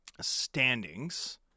standings